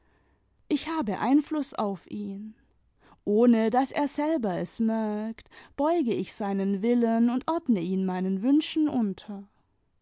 ich ha be einfluß auf ihn ohne daß er selber es merkt beuge ich seinen willen und ordne ihn meinen wünschen unter